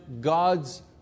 God's